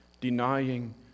denying